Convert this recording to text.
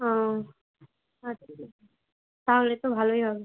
ও আচ্ছা তাহলে তো ভালোই হবে